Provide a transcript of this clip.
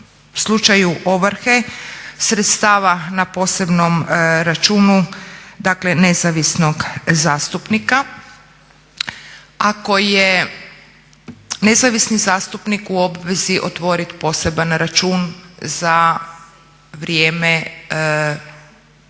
o slučaju ovrhe sredstava na posebnom računu, dakle nezavisnog zastupnika. Ako je nezavisni zastupnik u obvezi otvoriti poseban račun za vrijeme u